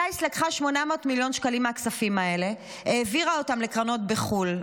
Slice לקחה 800 מיליון שקלים מהכספים האלה והעבירה אותם לקרנות בחו"ל.